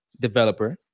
developer